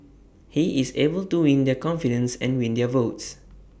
he is able to win their confidence and win their votes